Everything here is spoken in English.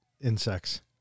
insects